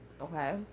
Okay